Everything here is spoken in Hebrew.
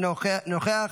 אינו נוכח,